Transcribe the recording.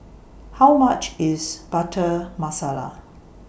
How much IS Butter Masala